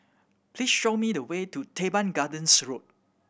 please show me the way to Teban Gardens Road